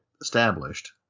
established